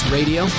Radio